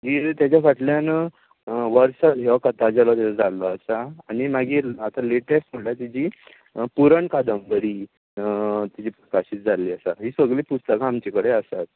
ही तेच्या फाटल्यान वर्सल हो कथा झेलो तेचो जाल्लो आसा आनी मागीर आतां लॅटस्ट म्हणळ्यार तेची पुरण कादंबरी ती प्रकाशीत जाल्ली आसा हीं सगळीं पुस्तकां आमचे कडेन आसात